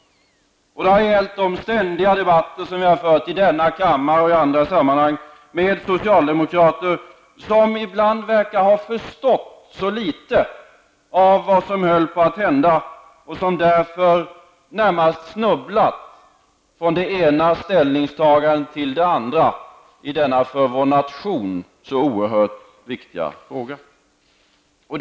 Det har också gällt de ständiga debatter som vi har fört i denna kammare och i andra sammanhang med socialdemokrater, som ibland verkar ha förstått så litet av vad som höll på att hända och som därför närmast snubblat från det ena ställningstagandet till det andra i denna för vår nation så oerhört viktiga fråga.